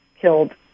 killed